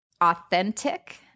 authentic